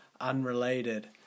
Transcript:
unrelated